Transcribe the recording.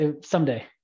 someday